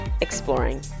exploring